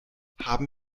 haben